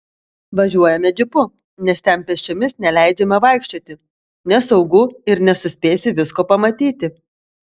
važiuojame džipu nes ten pėsčiomis neleidžiama vaikščioti nesaugu ir nesuspėsi visko pamatyti